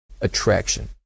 attraction